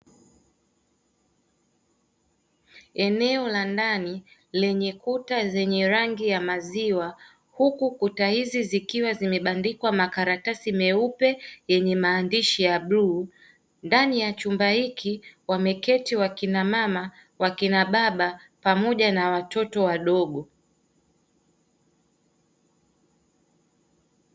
Eneo la ndani lenye Kuta zenye rangi ya maziwa huku Kuta hizi zikiwa zimebandikwa makaratasi meupe yenye maandishi ya bluu ndani ya chumba hiki wameketi wakina mama, wakina baba, pamoja na watoto wadogo.